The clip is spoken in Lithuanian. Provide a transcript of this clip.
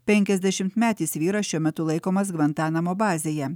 penkiasdešimtmetis vyras šiuo metu laikomas gvantanamo bazėje